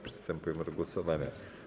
Przystępujemy do głosowania.